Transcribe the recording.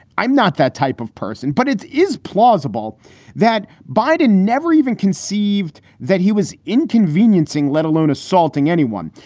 i'm not that type of person. but it is plausible that biden never even conceived that he was inconveniencing, let alone assaulting anyone.